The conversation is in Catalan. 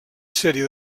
sèrie